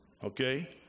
Okay